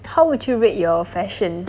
how would you rate your fashion